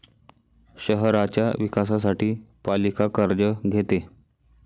शहराच्या विकासासाठी पालिका कर्ज घेते